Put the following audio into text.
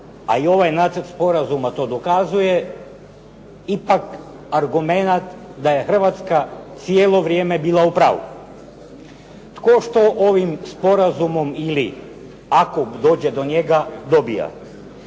a i ovaj nacrt sporazuma to dokazuje ipak argumenat da je Hrvatska cijelo vrijeme bila u pravu. Tko što ovim sporazumom ili ako dođe do njega dobija?